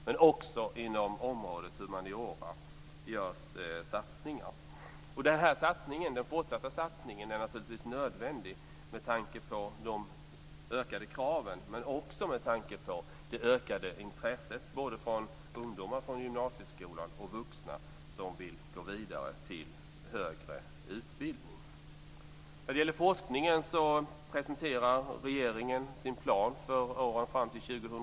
Men det görs också satsningar inom området humaniora. Den fortsatta satsningen är naturligtvis nödvändig med tanke på de ökade kraven, men också med tanke på det ökade intresset både från ungdomar från gymnasieskolan och från vuxna som vill gå vidare till högre utbildning. När det gäller forskningen presenterar regeringen sin plan för åren fram till 2002.